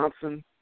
Johnson